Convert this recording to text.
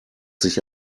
sich